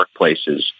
workplaces